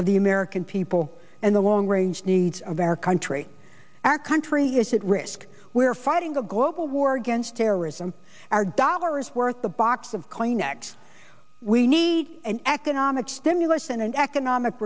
of the american people and the long range needs of our country our country is at risk we are fighting a global war against terrorism our dollar is worth a box of kleenex we need an economic stimulus and an economic